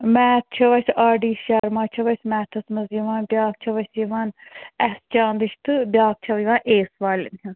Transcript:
math چھو اسہِ R D Sharma چھو اسہِ میتھَس منٛز یِوان بیٛاکھ چھو اسہِ یِوان ایٚس چاندٕچۍ تہٕ بیٛاکھ چھو یِوان ایس والیٚن ہنٛز